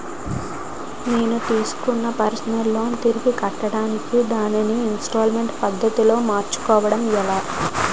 నేను తిస్కున్న personal loan తిరిగి కట్టడానికి దానిని ఇంస్తాల్మేంట్ పద్ధతి లో మార్చుకోవడం ఎలా?